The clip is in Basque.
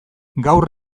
gaur